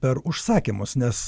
per užsakymus nes